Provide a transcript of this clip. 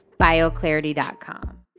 Bioclarity.com